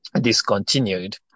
discontinued